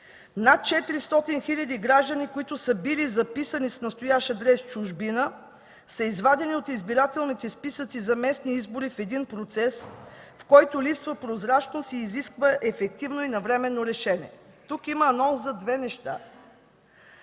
Над 400 хиляди граждани, които са били записани с настоящ адрес в чужбина, са извадени от избирателните списъци за местни избори в един процес, в който липсва прозрачност и изисква ефективно и навременно решение”. Тук има анонс за две неща